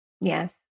Yes